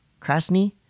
Krasny